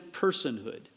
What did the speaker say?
personhood